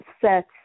set